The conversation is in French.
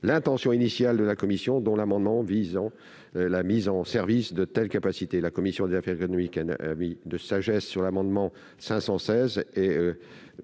l'intention initiale de la commission dont l'amendement tend à la mise en service de telles capacités. La commission des affaires économiques n'a pas pu prendre